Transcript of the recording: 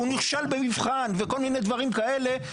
הוא נכשל במבחן וכל מיני דברים כאלה,